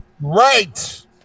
Right